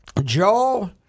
Joe